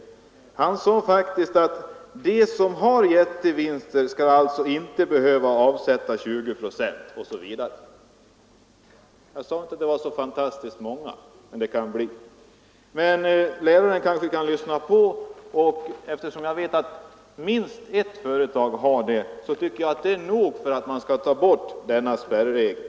Herr Kristenson sade faktiskt att de som har jättevinster skall alltså inte behöva avsätta 20 procent, osv. Jag sade inte att det var så fantastiskt många, men det kan bli. Eftersom jag vet att minst ett företag har sådana vinster tycker jag att det är nog för att man skall ta bort denna spärregel.